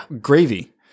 Gravy